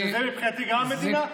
שזה מבחינתי גם מדינה,